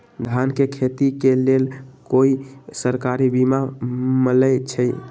धान के खेती के लेल कोइ सरकारी बीमा मलैछई?